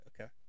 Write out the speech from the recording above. Okay